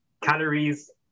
calories